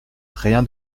rien